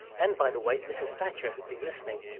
and, by the way, mrs thatcher, who'd been listening,